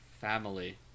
Family